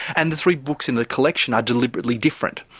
and the three books in the collection are deliberately different.